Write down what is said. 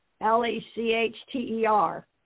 L-E-C-H-T-E-R